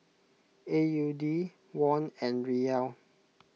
A U D Won and Riyal